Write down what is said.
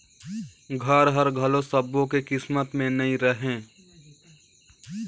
घर हर घलो सब्बो के किस्मत में नइ रहें